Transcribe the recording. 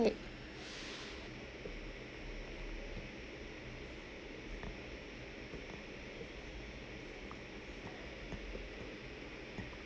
need